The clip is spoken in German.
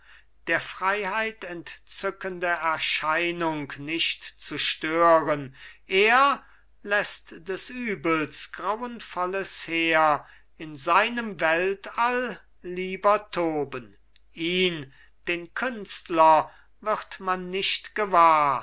der freiheit entzückende erscheinung nicht zu stören er läßt des übels grauenvolles heer in seinem weltall lieber toben ihn den künstler wird man nicht gewahr